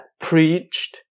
preached